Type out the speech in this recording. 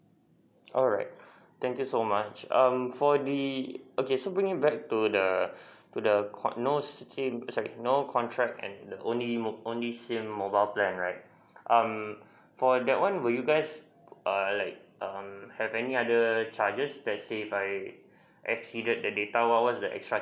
alright thank you so much um for the okay so bringing back to the to the no SIM sorry no contract only only SIM mobile plan right um for that one would you guys err like um have any other charges let's say if I exceeded the data what what the extra